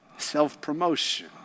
self-promotion